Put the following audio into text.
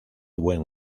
buen